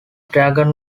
dragon